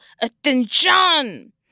attention